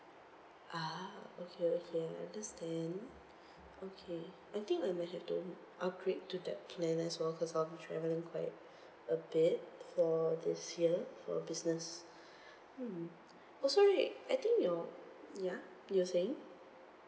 ah okay okay understand okay I think I may have to upgrade to that plan as well cause I'll be travelling quite a bit for this year for business hmm also right I think your ya you were saying